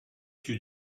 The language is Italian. più